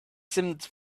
seemed